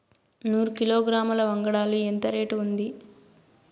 నూరు కిలోగ్రాముల వంగడాలు ఎంత రేటు ఉంటుంది?